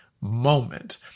moment